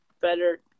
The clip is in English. better